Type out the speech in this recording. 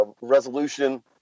resolution